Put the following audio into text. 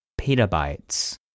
petabytes